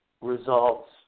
results